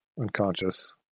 unconscious